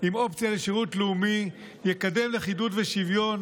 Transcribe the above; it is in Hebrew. עם אופציה לשירות לאומי יקדם לכידות ושוויון.